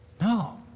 No